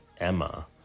Emma